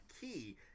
key